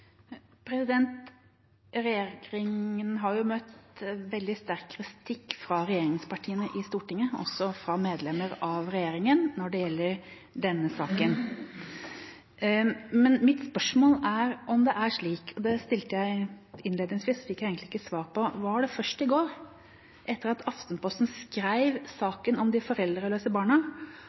har møtt veldig sterk kritikk fra regjeringspartiene i Stortinget når det gjelder denne saken, og også fra medlemmer av regjeringa. Men mitt spørsmål er om det er slik – det spørsmålet stilte jeg innledningsvis og fikk egentlig ikke svar på – at det var først i går, etter at Aftenposten skrev om disse foreldreløse barna, at norske myndigheter ble kjent med det? Eller har disse barna